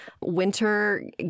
Winter